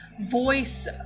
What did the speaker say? voice